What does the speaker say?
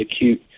acute